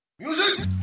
Music